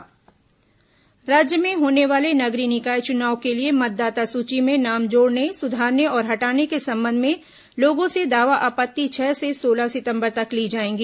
नगरीय निकाय चुनाव राज्य में होने वाले नगरीय निकाय चुनाव के लिए मतदाता सूची में नाम जोड़ने सुधारने और हटाने के संबंध में लोगों से दावा आपत्ति छह से सोलह सितंबर तक ली जाएगी